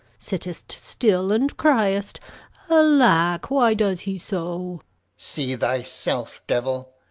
sit'st still, and criest alack, why does he so see thyself, devil!